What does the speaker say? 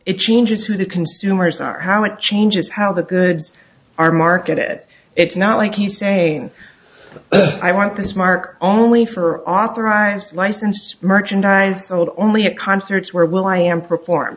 it changes who the consumers are how it changes how the goods are market it it's not like he's saying i want this mark only for authorized licensed merchandise sold only at concerts where will i am perform